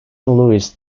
louis